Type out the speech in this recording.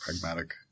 Pragmatic